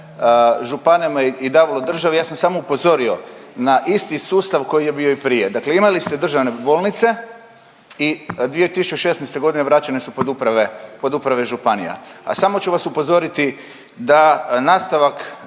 županijama i davalo državi, ja sam samo upozorio na isti sustav koji je bio i prije. Dakle, imali ste državne bolnice i 2016.g. vraćene su pod uprave, pod uprave županije. A samo ću vas upozoriti da nastavak